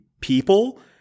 people